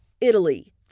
Italy